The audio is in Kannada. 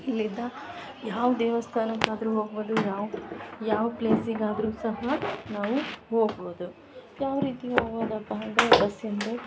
ಇಲ್ಲಿದ್ದ ಯಾವ ದೇವಸ್ಥಾನಕ್ಕಾದ್ರು ಹೋಗ್ಬೋದು ಯಾವ ಯಾವ ಪ್ಲೇಸಿಗಾದರು ಸಹ ನಾವು ಹೋಗ್ಬೋದು ಯಾವ ರೀತಿ ಹೋಗೋದಪ್ಪ ಅಂದರೆ ಬಸ್ಸಿಂದ